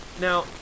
now